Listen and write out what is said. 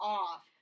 off